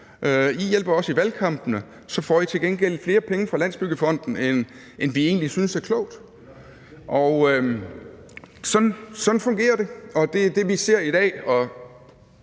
I hjælper os i valgkampene, og så får I til gengæld flere penge fra Landsbyggefonden, end vi egentlig synes er klogt. Sådan fungerer det, og det er det, vi ser i dag.